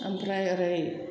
आमफ्राय ओरै